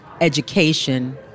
education